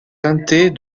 teintée